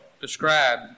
describe